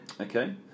okay